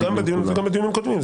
גם בדיון הזה, גם בדיונים קודמים.